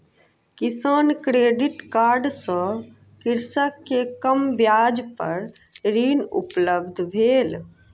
किसान credit card सँ कृषक के कम ब्याज पर ऋण उपलब्ध भेल